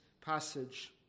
passage